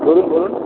বলুন বলুন